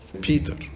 Peter